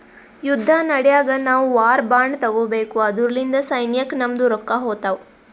ಯುದ್ದ ನಡ್ಯಾಗ್ ನಾವು ವಾರ್ ಬಾಂಡ್ ತಗೋಬೇಕು ಅದುರ್ಲಿಂದ ಸೈನ್ಯಕ್ ನಮ್ದು ರೊಕ್ಕಾ ಹೋತ್ತಾವ್